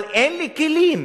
אבל אין לי כלים.